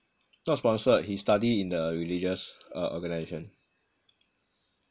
not sponsored he study in the religious uh organization